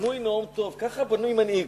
בנוי נאום טוב, ככה בנוי מנהיג,